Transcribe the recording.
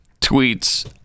tweets